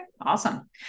awesome